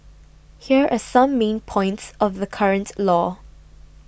here are some main points of the current law